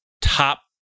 top